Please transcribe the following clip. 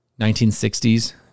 1960s